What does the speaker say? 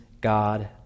God